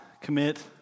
commit